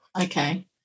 okay